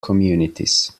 communities